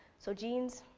so genes,